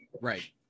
Right